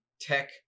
tech